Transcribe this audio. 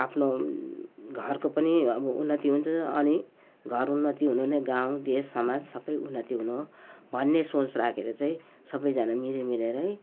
आफ्नो घरको पनि अब उन्नति हुन्छ अनि घर उन्नति हुनु नै गाउँ देश समाज सबै उन्नति हुनु हो भन्ने सोच राखेर चाहिँ सबैजना मिली मिलेरै